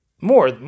more